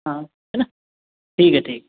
हाँ है ना ठीक है ठीक